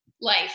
life